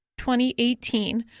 2018